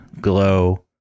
glow